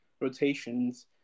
rotations